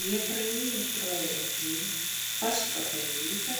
jie praeina pro elektrinę pasuka palei upę